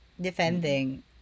defending